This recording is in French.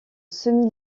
semi